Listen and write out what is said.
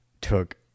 took